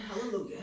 Hallelujah